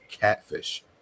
catfish